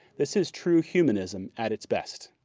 this is true humanism at its best.